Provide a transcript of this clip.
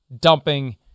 dumping